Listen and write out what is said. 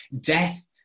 death